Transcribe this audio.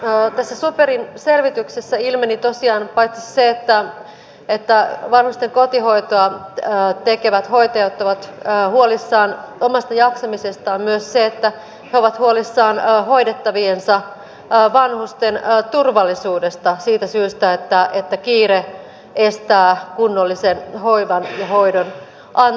tässä superin selvityksessä ilmeni tosiaan paitsi se että vanhusten kotihoitoa tekevät hoitajat ovat huolissaan omasta jaksamisestaan niin myös se että he ovat huolissaan hoidettaviensa vanhusten turvallisuudesta siitä syystä että kiire estää kunnollisen hoivan ja hoidon antamisen